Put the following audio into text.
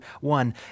one